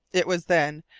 it was, then,